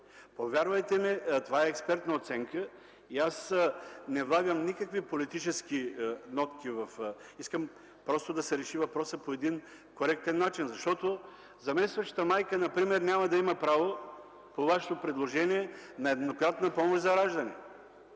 Повярвайте, това е експертна оценка и аз не влагам никакви политически нотки. Искам просто да се реши въпросът по един коректен начин, защото например заместващата майка няма да има право, по Ваше предложение, на еднократна помощ за раждане.